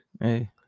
hey